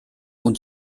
und